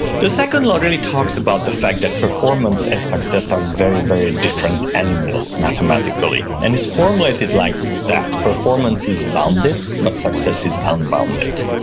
the second law really talks about the fact that performance and success are very, very different animals, mathematically. and it's formulated like that. performance is bounded, but success is unbounded.